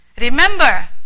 Remember